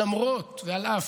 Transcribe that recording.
למרות ועל אף